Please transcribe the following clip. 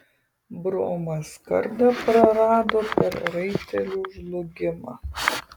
bromas kardą prarado per raitelių žlugimą